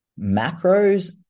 macros